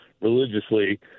religiously